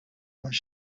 was